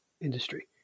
industry